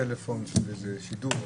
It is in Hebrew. יש לי טלפון לשידור.